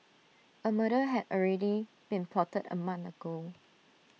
A murder had already been plotted A month ago